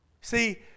See